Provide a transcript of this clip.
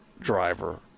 driver